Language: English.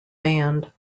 band